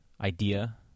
idea